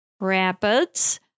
Rapids